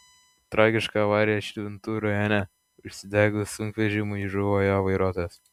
tragiška avarija širvintų rajone užsidegus sunkvežimiui žuvo jo vairuotojas